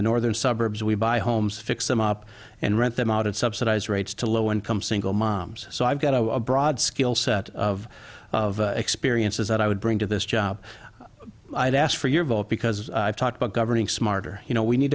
the northern suburbs we buy homes fix them up and rent them out at subsidized rates to low income single moms so i've got a broad skill set of experiences that i would bring to this job i'd ask for your vote because i've talked about governing smarter you know we need